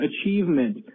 achievement